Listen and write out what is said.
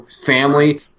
family